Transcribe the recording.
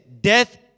Death